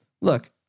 Look